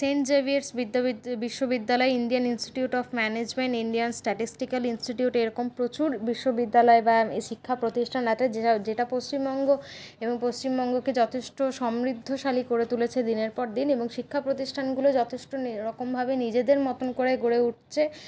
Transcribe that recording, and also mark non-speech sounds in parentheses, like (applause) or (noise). Saint Xavier's (unintelligible) বিশ্ববিদ্যালয় Indian Institute of Management Indian Statistical Institute এরকম প্রচুর বিশ্ববিদ্যালয় বা শিক্ষা প্রতিষ্ঠান আছে যেটা যেটা পশ্চিমবঙ্গ এবং পশ্চিমবঙ্গকে যথেষ্ট সমৃদ্ধশালী করে তুলেছে দিনের পর দিন এবং শিক্ষা প্রতিষ্ঠানগুলো যথেষ্টরকমভাবে নিজেদের মতোন করে গড়ে উঠছে